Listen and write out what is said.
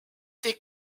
des